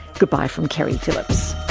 goodbye from keri phillips